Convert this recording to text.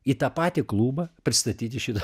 į tą patį klubą pristatyti šitą